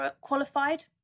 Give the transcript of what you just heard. qualified